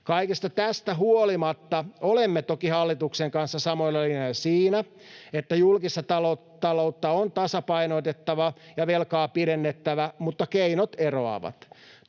Kaikesta tästä huolimatta olemme toki hallituksen kanssa samoilla linjoilla siinä, että julkista ta-loutta on tasapainotettava ja velkaa lyhennettävä, mutta keinot eroavat.